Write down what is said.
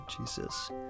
Jesus